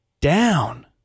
down